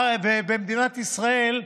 ובמדינת ישראל,